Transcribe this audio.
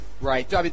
Right